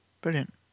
Brilliant